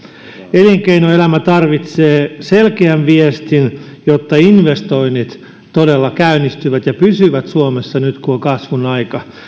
elinkeinoelämä tarvitsee selkeän viestin jotta investoinnit todella käynnistyvät ja pysyvät suomessa nyt kun on kasvun aika